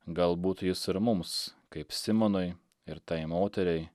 galbūt jis ir mums kaip simonui ir tai moteriai